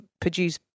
produce